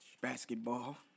Basketball